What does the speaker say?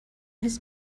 his